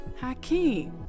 hakeem